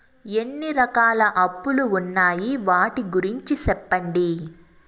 ఎన్ని రకాల అప్పులు ఉన్నాయి? వాటి గురించి సెప్పండి?